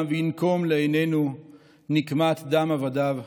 וינקום לעינינו נקמת דם עבדיו השפוך".